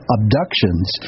Abductions